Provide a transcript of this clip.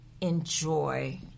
enjoy